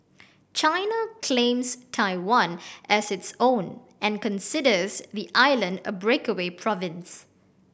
China claims Taiwan as its own and considers the island a breakaway province